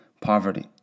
poverty